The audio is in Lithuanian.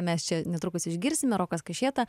mes čia netrukus išgirsime rokas kašėta